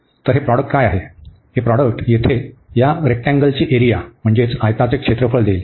तर हे प्रॉडक्ट काय आहे हे प्रॉडक्ट येथे या आयताची एरिया देईल